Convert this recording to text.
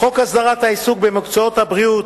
חוק הסדרת העיסוק במקצועות הבריאות,